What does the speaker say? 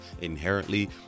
inherently